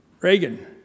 Reagan